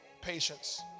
patience